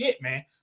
man